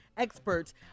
Experts